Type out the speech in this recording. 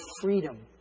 freedom